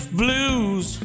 blues